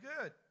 good